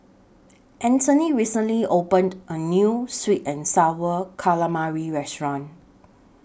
Antony recently opened A New Sweet and Sour Calamari Restaurant